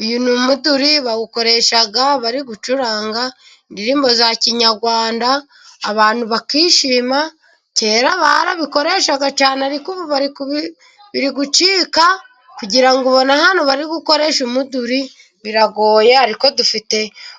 Uyu ni umuduri bawukoresha bari gucuranga indirimbo za Kinyarwanda abantu bakishima, kera barabikoreshaga cyane ariko ubu biri gucika kugira ngo ubona ahantu bari gukoresha umuduri biragoye ariko dufite